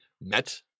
met